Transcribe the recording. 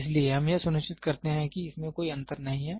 इसलिए हम यह सुनिश्चित करते हैं कि इसमें कोई अंतर नहीं है